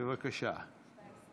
בבקשה.